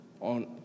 on